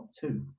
two